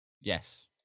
Yes